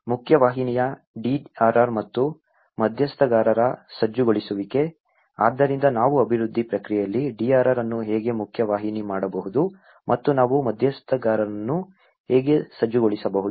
ಮುಖ್ಯವಾಹಿನಿಯ DRR ಮತ್ತು ಮಧ್ಯಸ್ಥಗಾರರ ಸಜ್ಜುಗೊಳಿಸುವಿಕೆ ಆದ್ದರಿಂದ ನಾವು ಅಭಿವೃದ್ಧಿ ಪ್ರಕ್ರಿಯೆಯಲ್ಲಿ DRR ಅನ್ನು ಹೇಗೆ ಮುಖ್ಯವಾಹಿನಿ ಮಾಡಬಹುದು ಮತ್ತು ನಾವು ಮಧ್ಯಸ್ಥಗಾರರನ್ನು ಹೇಗೆ ಸಜ್ಜುಗೊಳಿಸಬಹುದು